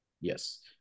Yes